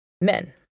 men